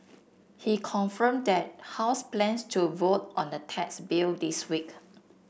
he confirmed that House plans to vote on the tax bill this week